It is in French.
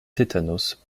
tétanos